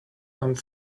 and